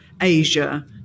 Asia